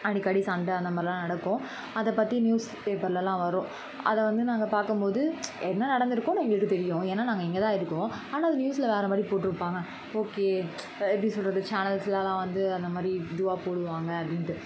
அடிக்கடி சண்டை அந்த மாதிரில்லாம் நடக்கும் அதைப்பத்தி நியூஸ் பேப்பர்லலாம் வரும் அதை வந்து நாங்கள் பார்க்கம்போது என்ன நடந்திருக்குன்னு எங்களுக்கு தெரியும் ஏன்னா நாங்கள் இங்கே தான் இருக்கோம் ஆனால் அது நியூஸ்ல வேற மாதிரி போட்டிருப்பாங்க ஓகே எப்படி சொல்கிறது சேனல்ஸ்லலாம் வந்து அந்தமாதிரி இதுவாக போடுவாங்கள் அப்படின்ட்டு